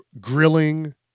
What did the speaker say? grilling